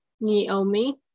Naomi